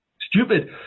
stupid